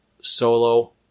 Solo